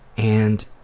and